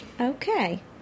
Okay